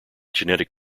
genetic